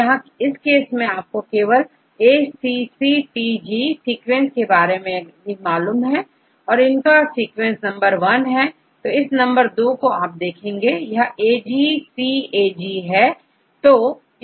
यहां इस केस में आपको केबलACCTG सीक्वेंस के बारे में मालूम है इसका सीक्वेंस नंबर वन है इस नंबर दो आप देख सकते हैंAGCAG